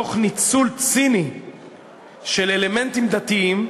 תוך ניצול ציני של אלמנטים דתיים,